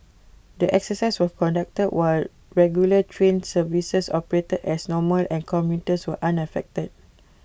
the exercise were conducted while regular train services operated as normal and commuters were unaffected